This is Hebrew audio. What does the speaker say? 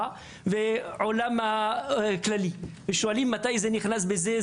ועל העולם הכללי ושואלים מתי זה נכנס בזה,